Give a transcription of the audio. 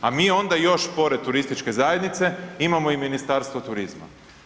A mi onda još pored turističke zajednice imamo i Ministarstvo turizma.